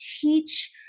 teach